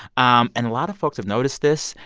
um and a lot of folks have noticed this.